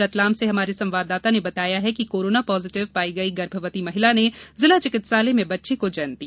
रतलाम से हमारे संवाददाता ने बताया है कि कोरोना पॉजिटिव पाई गई गर्भवती महिला ने जिला चिकित्सालय में बच्चे को जन्म दिया